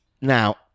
Now